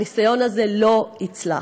הניסיון הזה לא יצלח.